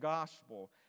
gospel